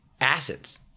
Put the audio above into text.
acids